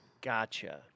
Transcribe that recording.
Gotcha